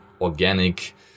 organic